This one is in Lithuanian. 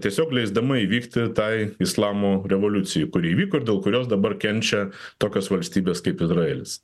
tiesiog leisdama įvykti tai islamo revoliucijai kuri įvyko ir dėl kurios dabar kenčia tokios valstybės kaip izraelis